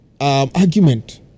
argument